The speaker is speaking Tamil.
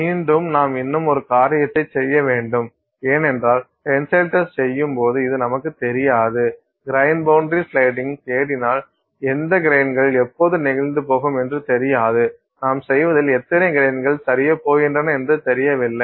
மீண்டும் நாம் இன்னும் ஒரு காரியத்தைச் செய்ய வேண்டும் ஏனென்றால் டென்சைல் டெஸ்ட் செய்யும் போது இது நமக்கு தெரியாது கிரைன் பவுண்டரி ஸ்லைடிங் தேடினால் எந்த கிரைன்கள் எப்போது நெகிழ்ந்து போகும் என்று தெரியாது நாம் செய்வதில் எத்தனை கிரைன்கள் சரியப் போகின்றன என்று தெரியவில்லை